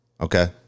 Okay